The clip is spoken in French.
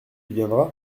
viendra